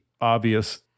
obvious